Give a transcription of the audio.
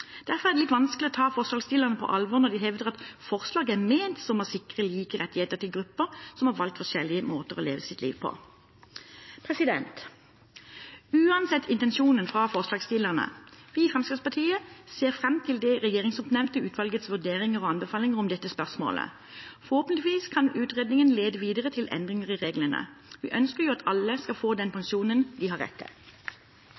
Derfor er det litt vanskelig å ta forslagsstillerne på alvor når de hevder at forslaget er ment som å sikre like rettigheter til grupper som har valgt forskjellige måter å leve sitt liv på. Uansett intensjonen fra forslagsstillerne ser vi i Fremskrittspartiet fram til det regjeringsoppnevnte utvalgets vurderinger og anbefalinger i dette spørsmålet. Forhåpentligvis kan utredningen lede videre til endringer i reglene. Vi ønsker at alle skal få den pensjonen de har